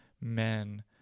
men